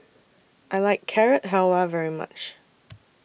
I like Carrot Halwa very much